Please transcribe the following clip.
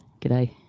G'day